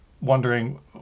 wondering